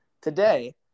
Today